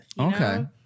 Okay